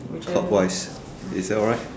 clockwise is that alright